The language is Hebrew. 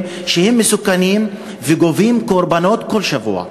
שהם מסוכנים וגובים קורבנות כל שבוע?